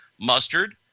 mustard